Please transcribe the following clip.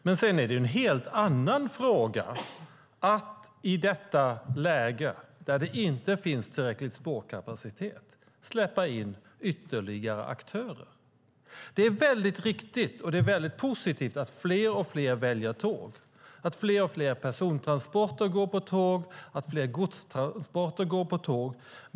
Men att släppa in ytterligare aktörer i detta läge, där det inte finns tillräcklig spårkapacitet, är något helt annat. Det är väldigt positivt att fler och fler väljer tåg, att fler och fler persontransporter går på tåg och att fler och fler godstransporter går på tåg.